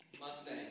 Mustang